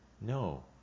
No